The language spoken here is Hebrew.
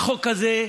החוק הזה,